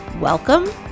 Welcome